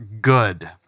good